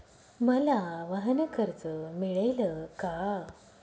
मला वाहनकर्ज मिळेल का?